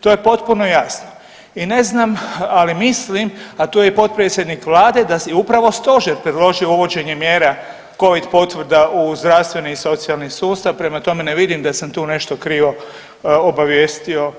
To je potpuno jasno i ne znam ali mislim, a tu je i potpredsjednik vlada da je upravo stožer predložio uvođenje mjera Covid potvrda u zdravstveni i socijalni sustav, prema tome ne vidim da sam tu nešto krivo obavijestio